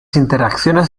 interacciones